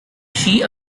she